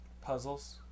puzzles